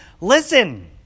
listen